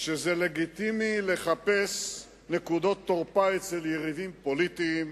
שזה לגיטימי לחפש נקודות תורפה אצל יריבים לגיטימיים.